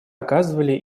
оказывали